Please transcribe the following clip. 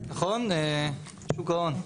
נכון, שוק ההון?